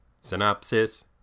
Synopsis